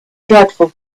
dreadful